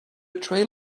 trail